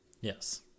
Yes